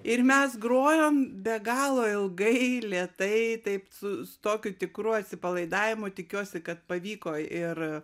ir mes grojom be galo ilgai lėtai taip su tokiu tikru atsipalaidavimu tikiuosi kad pavyko ir